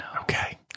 Okay